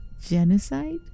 Genocide